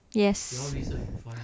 yes